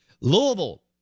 Louisville